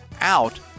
out